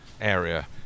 area